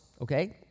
okay